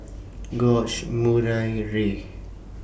George Murray Rei